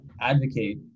advocate